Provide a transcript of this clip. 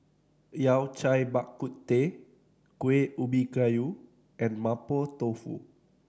Yao Cai Bak Kut Teh Kuih Ubi Kayu and Mapo Tofu